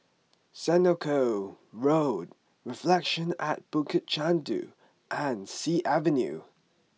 Senoko Road Reflections at Bukit Chandu and Sea Avenue